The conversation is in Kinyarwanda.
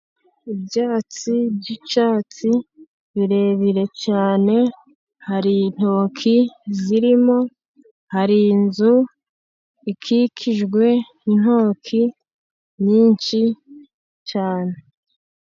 Ibyatsi by'icyatsi birebire cyane, hari intoki zirimo hari inzu ikikijwe n'intoki nyinshi cyane.